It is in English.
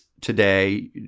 today